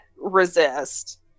resist